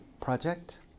project